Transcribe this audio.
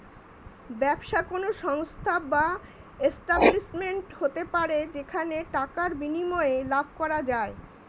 ব্যবসা কোন সংস্থা বা এস্টাব্লিশমেন্ট হতে পারে যেখানে টাকার বিনিময়ে লাভ করা যায়